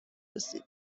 رسید